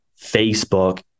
facebook